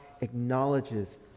acknowledges